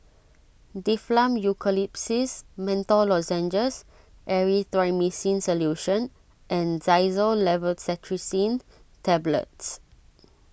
Difflam Eucalyptus Menthol Lozenges Erythroymycin Solution and Xyzal Levocetirizine Tablets